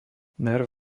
nerv